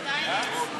שטייניץ.